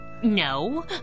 No